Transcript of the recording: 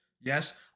yes